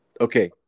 Okay